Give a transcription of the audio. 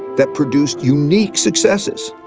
that produced unique successes.